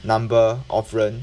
number of 人